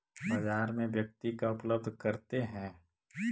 बाजार में व्यक्ति का उपलब्ध करते हैं?